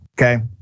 okay